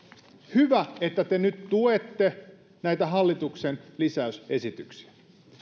hyvä että te nyt tuette näitä hallituksen lisäysesityksiä